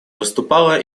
выступала